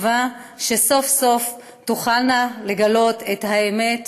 תקווה שסוף-סוף הן תוכלנה לגלות את האמת